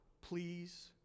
please